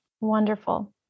Wonderful